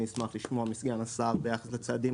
אני אשמח לשמוע מסגן השר ביחס לצעדים